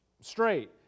straight